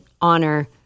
honor